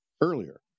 earlier